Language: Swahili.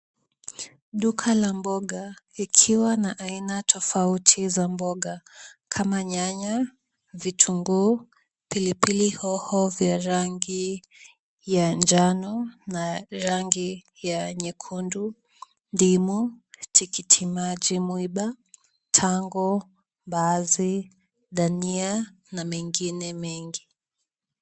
Duka la mboga likiwa na aina tofauti za mboga, kama nyanya, vitunguu, pilipili hoho vya rangi ya njano na rangi ya nyekundu, ndimu, tikitimaji mwiba, tango, mbaazi, dania na mengine mengi.